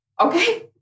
okay